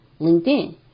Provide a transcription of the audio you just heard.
LinkedIn